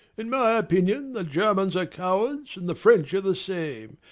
in my opinion the germans are cowards and the french are the same.